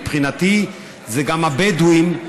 מבחינתי זה גם הבדואים,